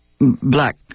black